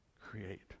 create